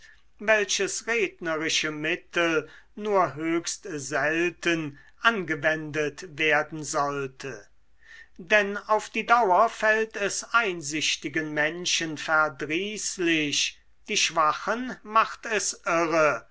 welches rednerische mittel nur höchst selten angewendet werden sollte denn auf die dauer fällt es einsichtigen menschen verdrießlich die schwachen macht es irre